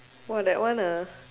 !wah! that one ah